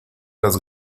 las